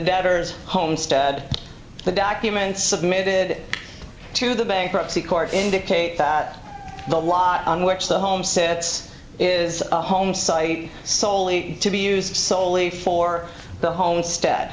debtors homestead the documents submitted to the bankruptcy court indicate that the law on which the home sits is a home site soley to be used solely for the homestead